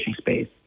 space